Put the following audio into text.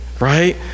right